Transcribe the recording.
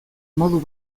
modu